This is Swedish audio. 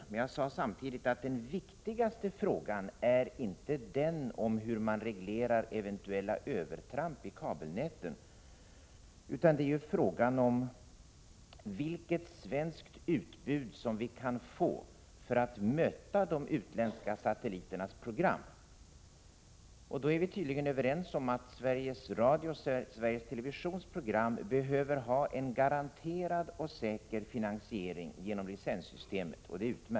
Men jag sade samtidigt att den viktigaste frågan inte är den om hur man reglerar eventuella övertramp i kabelnätet utan den om vilket svenskt utbud som vi kan få för att möta de utländska satelliternas program. Vi är tydligen överens om — och det är utmärkt — att Sveriges Televisions program behöver ha en garanterad och säker finansiering genom licenssystemet.